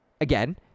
again